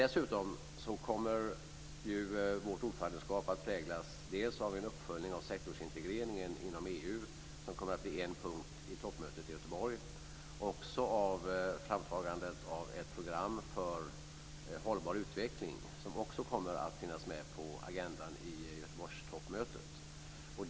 Dessutom kommer ju vårt ordförandeskap att präglas av en uppföljning av sektorsintegreringen inom EU, som kommer att bli en punkt vid toppmötet i Göteborg, liksom av framtagandet av ett program för hållbar utveckling, som också kommer att finnas med på agendan vid Göteborgstoppmötet.